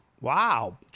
Wow